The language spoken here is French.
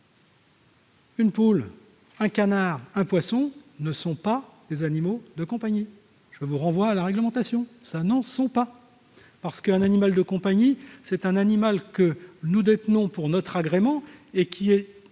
Une poule, un canard, un poisson ne sont pas des animaux de compagnie : je vous renvoie à la réglementation. Un animal de compagnie est un animal que nous détenons pour notre agrément et qui est